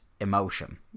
emotion